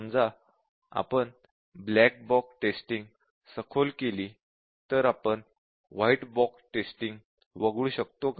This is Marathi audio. समजा आपण ब्लॅक बॉक्स टेस्टिंग सखोल केली आहे तर आपण व्हाईट बॉक्स टेस्टिंग वगळू शकतो का